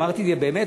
אמרתי: באמת,